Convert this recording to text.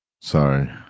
Sorry